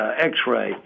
x-ray